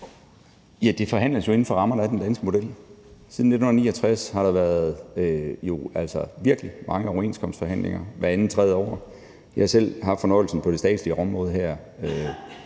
Det forhandles jo inden for rammerne af den danske model. Siden 1969 har der været virkelig mange overenskomstforhandlinger, hvert andet-tredje år. Jeg har selv på det statslige område her